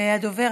בבקשה,